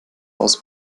aus